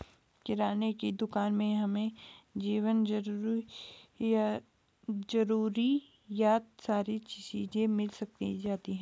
किराने की दुकान में हमें जीवन जरूरियात सारी चीज़े मिल जाती है